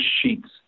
sheets